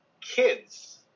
kids